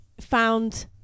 found